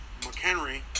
McHenry